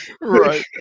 right